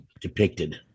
depicted